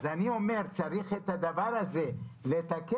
אני אומר שצריך את הדבר הזה לתקן,